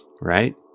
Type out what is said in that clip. right